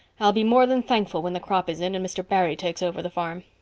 i'll be more than thankful when the crop is in and mr. barry takes over the farm.